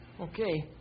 Okay